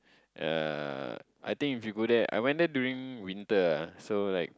ya I think if you go there I went there during Winter ah so like